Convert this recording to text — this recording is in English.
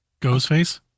Ghostface